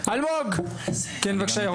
גלעד קריאה שנייה, אלמוג, כן בבקשה ירון.